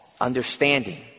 understanding